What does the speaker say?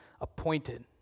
appointed